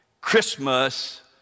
Christmas